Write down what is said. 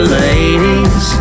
ladies